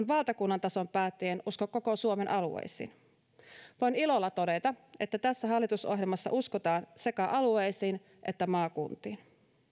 valtakunnan tason päättäjien usko koko suomen alueisiin voin ilolla todeta että tässä hallitusohjelmassa uskotaan sekä alueisiin että maakuntiin